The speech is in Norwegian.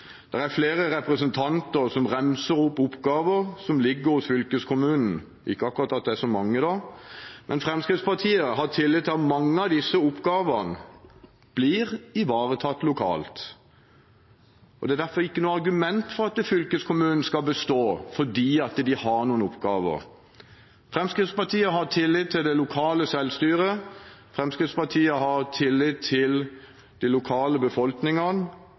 er flere representanter som ramser opp oppgaver som ligger hos fylkeskommunen – selv om det ikke akkurat er så mange – men Fremskrittspartiet har tillit til at mange av disse oppgavene blir ivaretatt lokalt. Det er derfor ikke noe argument for at fylkeskommunen skal bestå at de har noen oppgaver. Fremskrittspartiet har tillit til det lokale selvstyret og til lokalbefolkningen, og til